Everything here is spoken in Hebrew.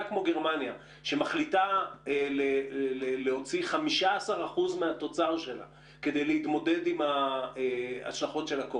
גרמניה החליטה להוציא 15% מהתוצר של כדי להתמודד עם הקורונה